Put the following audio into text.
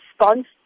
response